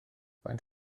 faint